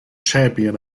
champion